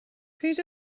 pryd